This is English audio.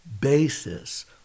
basis